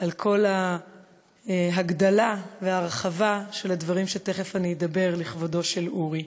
על כל ההגדלה וההרחבה של הדברים שתכף אני אדבר עליהם לכבודו של אורי.